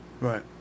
Right